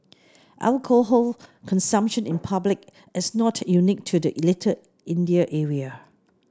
alcohol consumption in public is not unique to the Little India area